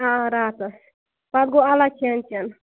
آ راتَس پتہٕ گوٚو اَلگ کھٮ۪ن چٮ۪ن